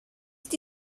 ydy